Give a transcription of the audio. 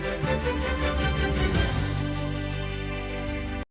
Дякую